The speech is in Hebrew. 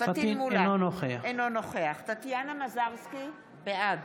אינו נוכח טטיאנה מזרסקי, בעד